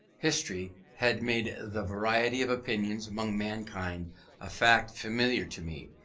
history had made the variety of opinions among mankind a fact familiar to me,